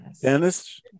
Dennis